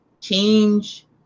change